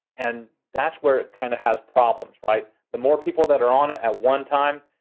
and that's where it kinda has problems, right? the more people that are on it at one time,